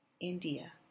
India